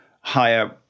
higher